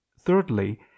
Thirdly